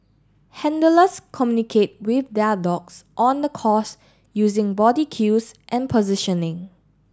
handlers communicate with their dogs on the course using body cues and positioning